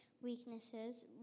weaknesses